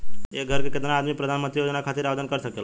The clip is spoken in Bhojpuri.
एक घर के केतना आदमी प्रधानमंत्री योजना खातिर आवेदन कर सकेला?